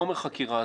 חומר חקירה,